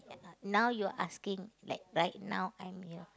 now you asking like right now I'm here